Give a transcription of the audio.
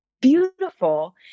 beautiful